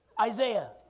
Isaiah